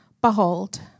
Behold